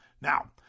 Now